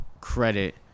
credit